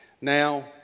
Now